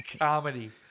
Comedy